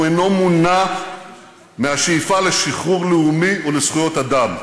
והוא אינו מונע מהשאיפה לשחרור לאומי או לזכויות אדם.